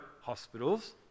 hospitals